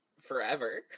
forever